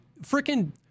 freaking